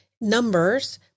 numbers